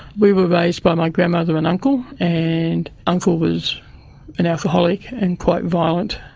we were raised by my grandmother and uncle and uncle was an alcoholic and quite violent,